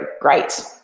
great